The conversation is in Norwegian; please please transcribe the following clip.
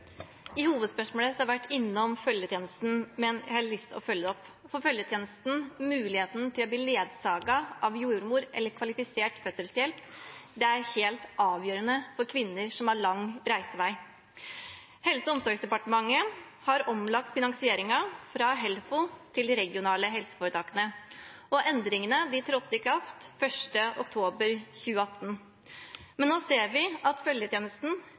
innom følgetjenesten, men jeg har lyst å følge det opp. Følgetjenesten, muligheten til å bli ledsaget av jordmor eller kvalifisert fødselshjelp, er helt avgjørende for kvinner som har lang reisevei. Helse- og omsorgsdepartementet har omlagt finansieringen fra Helfo til de regionale helseforetakene, og endringene trådte i kraft 1. oktober 2018. Men nå ser vi at følgetjenesten,